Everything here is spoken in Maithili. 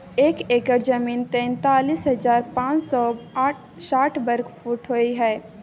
एक एकड़ जमीन तैंतालीस हजार पांच सौ साठ वर्ग फुट होय हय